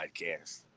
podcast